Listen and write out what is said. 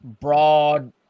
broad